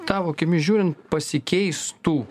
tavo akimis žiūrint pasikeistų